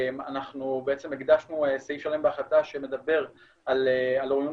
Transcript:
אנחנו בעצם הקדשנו סעיף שלם בהחלטה שמדבר על אוריינות